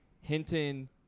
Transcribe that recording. Hinton